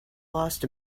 lost